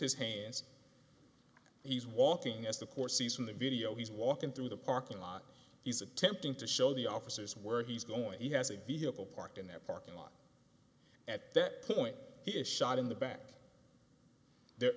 his hands he's walking as the course sees from the video he's walking through the parking lot he's attempting to show the offices where he's going to has a vehicle parked in that parking lot at that point he is shot in the back th